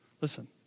Listen